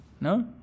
No